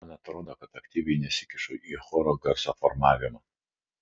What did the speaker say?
man atrodo kad aktyviai nesikišu į choro garso formavimą